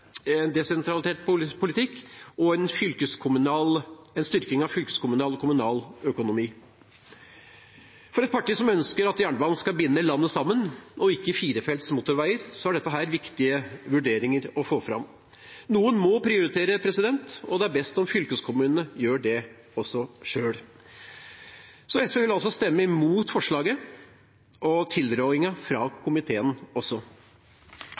både desentralisert politikk og styrking av fylkeskommunal og kommunal økonomi. For et parti som ønsker at jernbanen skal binde landet sammen – og ikke firefelts motorveier – er dette viktige vurderinger å få fram. Noen må prioritere, og det er best om fylkeskommunene gjør det også selv. SV vil altså stemme mot forslaget og også tilrådingen fra komiteen.